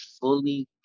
fully